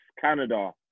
Canada